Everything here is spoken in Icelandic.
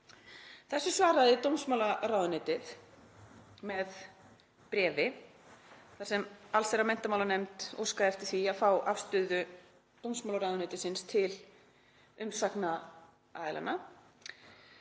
Þessu svaraði dómsmálaráðuneytið með bréfi þar sem allsherjar- og menntamálanefnd óskaði eftir því að fá afstöðu dómsmálaráðuneytisins til umsagna